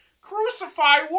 crucify